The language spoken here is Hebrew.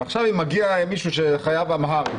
ואם מגיע איש שחייב תרגום לאמהרית,